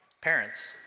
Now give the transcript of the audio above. parents